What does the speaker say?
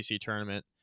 tournament